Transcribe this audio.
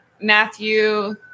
Matthew